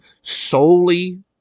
solely